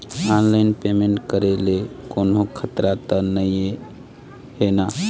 Online payment करे ले कोन्हो खतरा त नई हे न?